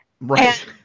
right